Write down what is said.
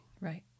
Right